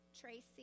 tracy